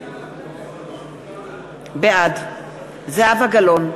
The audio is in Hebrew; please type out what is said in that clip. בעד זהבה גלאון,